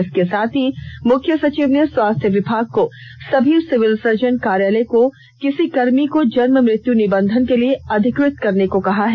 इसके साथ ही मुख्य सचिव ने स्वास्थ्य विभाग को सभी सिविल सर्जन कार्यालय को किसी कर्मी को जन्म मृत्यु निबंधन के लिए अधिकृत करने को कहा है